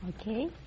Okay